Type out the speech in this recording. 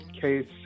case